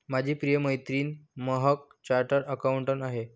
माझी प्रिय मैत्रीण महक चार्टर्ड अकाउंटंट आहे